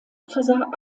versah